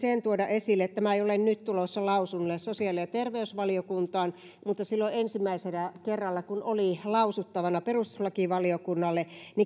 tuoda esille sen vaikka tämä ei ole nyt tulossa lausunnolle sosiaali ja terveysvaliokuntaan että silloin ensimmäisellä kerralla kun tämä oli lausuttavana perustuslakivaliokunnalle